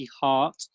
Heart